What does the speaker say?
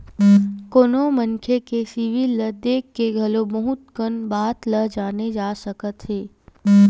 कोनो मनखे के सिबिल ल देख के घलो बहुत कन बात ल जाने जा सकत हे